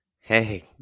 Hey